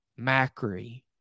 Macri